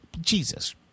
Jesus